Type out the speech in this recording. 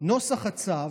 נוסח הצו,